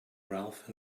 ralph